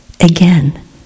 again